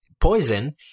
poison